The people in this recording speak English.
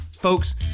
Folks